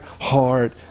hard